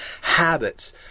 Habits